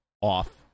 off